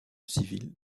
civile